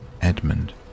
Edmund